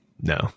No